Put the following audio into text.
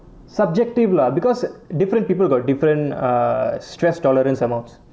subjective lah because different people got different err stress tolerance amounts